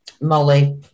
Molly